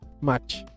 Match